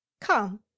come